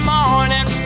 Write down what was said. Morning